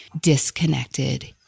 disconnected